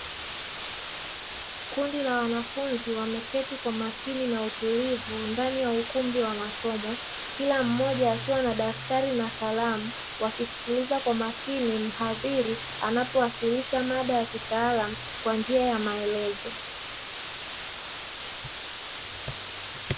Kundi la wanafunzi wameketi kwa makini na utulivu ndani ya ukumbi wa masomo, Kila Mmoja akiwa na daftari na kalamu wakimsikiliza kwa makini mhadhiri anapowasirisha mada ya kitaalamu kwa njia ya maelezo.